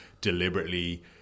deliberately